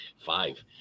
five